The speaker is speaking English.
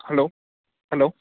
hello hello